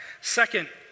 Second